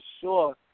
sure